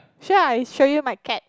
sure I'll show you my cat